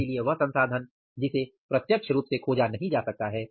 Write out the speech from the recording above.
इसलिए वह संसाधन जिसे प्रत्यक्ष रूप से खोजा नहीं जा सकता है